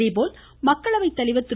அதேபோல் மக்களவைத் தலைவர் திரு